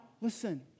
listen